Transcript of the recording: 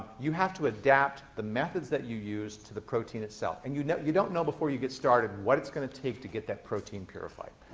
you have to adapt the methods that you use to the protein itself. and you know you don't know before you get started what it's going to take to get that protein purified.